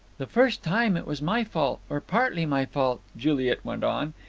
the first time it was my fault, or partly my fault, juliet went on.